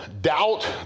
doubt